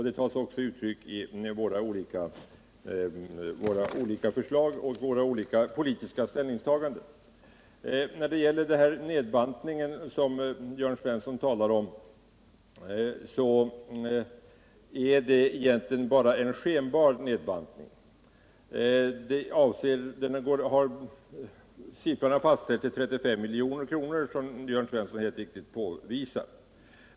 Det tar sig också uttryck i våra olika förslag och politiska ställningstaganden. När det gäller den nedbantning som Jörn Svensson talar om är det egentligen bara en skenbar sådan. Det första anslag som han nämnde har fastställts till 35 milj.kr... som Jörn Svensson mycket riktigt på visar.